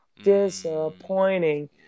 disappointing